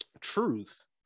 truth